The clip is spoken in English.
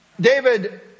David